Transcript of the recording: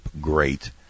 great